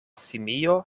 simio